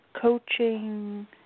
coaching